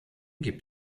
gibt